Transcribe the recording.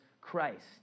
Christ